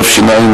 התש"ע 2010,